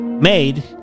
Made